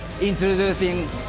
introducing